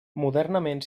modernament